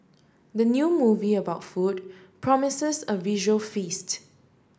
the new movie about food promises a visual feast